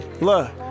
Look